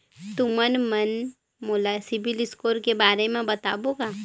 तुमन मन मोला सीबिल स्कोर के बारे म बताबो का?